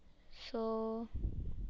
so